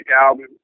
album